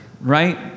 right